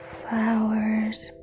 flowers